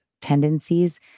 tendencies